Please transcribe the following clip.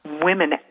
women